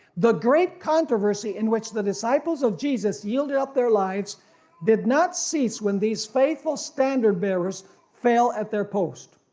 the great controversy in which the disciples of jesus yielded up their lives did not cease when these faithful standard bearers fail at their post.